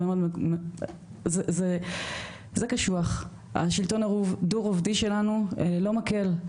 זה קשוח, השלטון הדו רובדי שלנו לא מקל,